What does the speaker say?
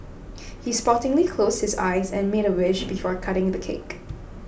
he sportingly closed his eyes and made a wish before cutting the cake